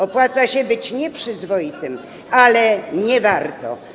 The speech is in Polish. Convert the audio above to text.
Opłaca się być nieprzyzwoitym, ale nie warto.